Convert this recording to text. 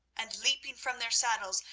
and, leaping from their saddles,